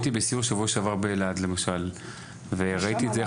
הייתי בסיור בשבוע שעבר באילת וראיתי את זה.